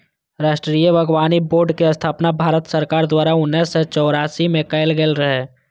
राष्ट्रीय बागबानी बोर्डक स्थापना भारत सरकार द्वारा उन्नैस सय चौरासी मे कैल गेल रहै